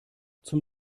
zum